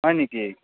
হয় নেকি